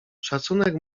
szacunek